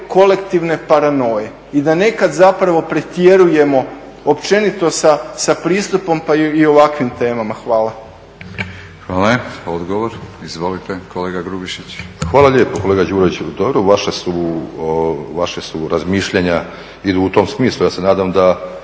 kolektivne paranoje i da nekad zapravo pretjerujemo općenito sa pristupom, pa i u ovakvim temama. Hvala. **Batinić, Milorad (HNS)** Hvala. Odgovor, izvolite kolega Grubišić. **Grubišić, Boro (HDSSB)** Hvala lijepo kolega Đuroviću. Dobro vaša su razmišljanja, idu u tom smislu. Ja se nadam da